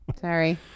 Sorry